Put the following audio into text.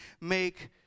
make